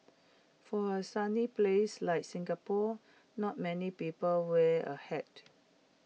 for A sunny place like Singapore not many people wear A hat